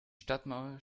stadtmauer